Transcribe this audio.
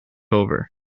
over